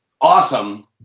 awesome